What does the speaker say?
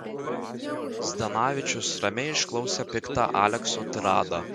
zdanavičius ramiai išklausė piktą alekso tiradą